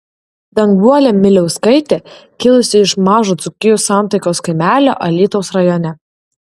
danguolė miliauskaitė kilusi iš mažo dzūkijos santaikos kaimelio alytaus rajone